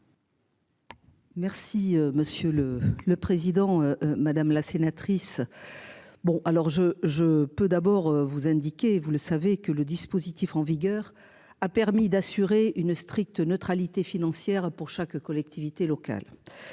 Merci monsieur le le président, madame la sénatrice. Bon alors je je peux d'abord vous indiquez vous le savez que le dispositif en vigueur a permis d'assurer une stricte neutralité financière pour chaque collectivité locale.